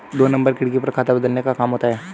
दो नंबर खिड़की पर खाता बदलने का काम होता है